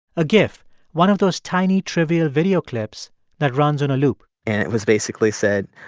a gif one of those tiny, trivial video clips that runs on a loop and it was basically said,